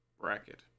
bracket